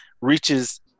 reaches